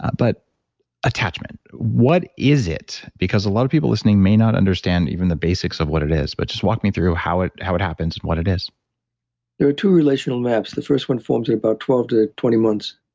but attachment, what is it? because a lot of people listening may not understand even the basics of what it is, but just walk me through how it how it happens and what it is there are two relational maps. the first one forms about twelve to twenty months.